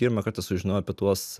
pirmą kartą sužinojau apie tuos